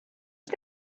you